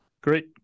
Great